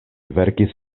verkis